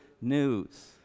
news